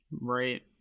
Right